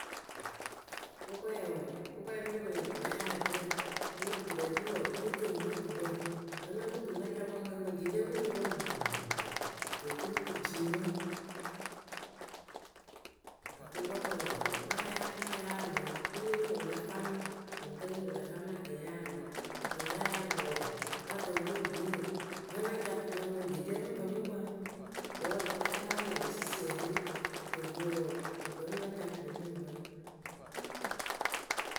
kʊkwɛ wɔɔ kʊkwɛ lóo koru eci na yaalɨtǝǝ wɨlɔ duturǝ ɖi wɔɔ ŋ́ nóo co no wɨtukpǝ. Vǝ́ ŋ́ nǝ fɨ tuu na ca kpɛŋ kpɛŋ kpɛŋ jece pɨ ŋ mɨ pǝ purupurupuru kɨto oturu pɨ cii mɨ,. Akʊkɔpǝ wɔɔ ŋ́ náa ŋ́ na yaalɨ pɨ mɨ lee peni pɨ la kaŋ mɨ lǝ̌ tǝ peni pɨ la kaŋ mɨ akɛɛyaalɨpǝ, kɨto ŋ́ na yaalɨ pɨ wɔɔ ŋ́ na tɔ ɨle bwiirǝ. Vǝ́ ŋ́ na ca tuu kpɛŋkpɛŋ jece ǝ pɨ ŋ pǝ mɨ kpǝŋ wǝ́ ŋ na náa yɩrɩ pɨ sɩsiɛrɩ kɨto ŋpee wǝǝ ɨ vǝ́ na ca tuwǝ pɨ ŋ mɨ pǝ.